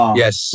yes